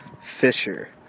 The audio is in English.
Fisher